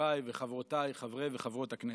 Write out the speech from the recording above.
חבריי וחברותיי חברי וחברות הכנסת,